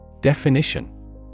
Definition